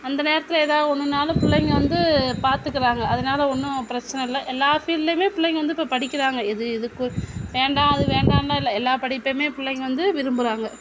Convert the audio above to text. அந்த நேரத்தில் எதாது ஒன்றுனாலும் பிள்ளைங்கள் வந்து பார்த்துக்கிறாங்க அதனால ஒன்றும் பிரச்சின இல்லை எல்லா ஃபீல்ட்லேயுமே பிள்ளைங்கள் வந்து இப்போ படிக்கிறாங்க இது இதுக்கு வேண்டாம் அது வேண்டானெலாம் இல்லை எல்லா படிப்பையுமே பிள்ளைங்கள் வந்து விரும்புகிறாங்க